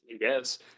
Yes